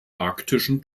arktischen